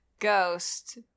ghost